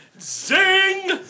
Sing